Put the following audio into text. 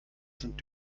sind